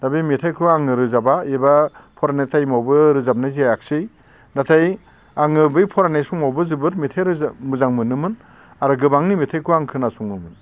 दा बे मेथाइखौ आङो रोजाबा एबा फरायनाय टाइमावबो रोजाबनाय जायाख्सै नाथाय आङो बै फरायनाय समावबो जोबोर मेथाइ मोजां मोनोमोन आरो गोबांनि मेथाइखौ आं खोनासङोमोन